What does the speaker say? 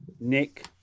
Nick